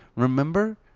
remember?